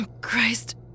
Christ